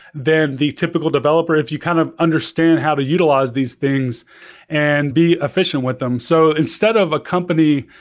then the typical developer, if you kind of understand how to utilize these things and be efficient with them so instead of a company,